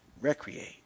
recreate